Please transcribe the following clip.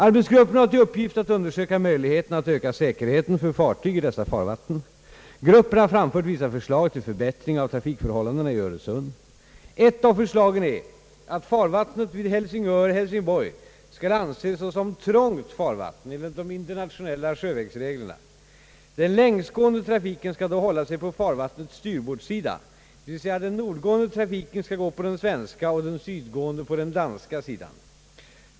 Arbetsgruppen har till uppgift att undersöka möjligheterna att öka säkerheten för fartyg i dessa farvatten. Gruppen har framfört vissa förslag till förbättring av trafikförhållandena i Öresund. Ett av förslagen är att farvattnet vid Helsingör— Hälsingborg skall anses såsom trångt farvatten enligt de internationella sjö vägsreglerna. Den längsgående trafiken skall då hålla sig på farvattnets styrbordssida, d. v. s. den nordgående trafiken skall gå på den svenska och den sydgående på den danska sidan.